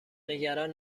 نگران